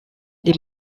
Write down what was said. les